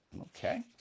Okay